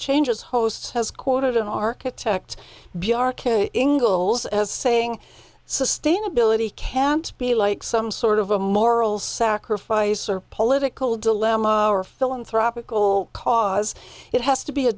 changes hosts has quoted an architect b r kid ingles as saying sustainability can't be like some sort of a moral sacrifice or political dilemma or philanthropic will cause it has to be a